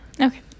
Okay